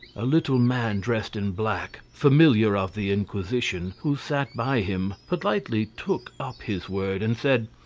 a little man dressed in black, familiar of the inquisition, who sat by him, politely took up his word and said